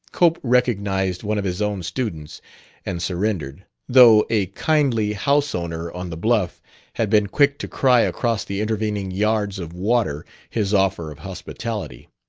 cope recognized one of his own students and surrendered, though a kindly house-owner on the bluff had been quick to cry across the intervening yards of water his offer of hospitality.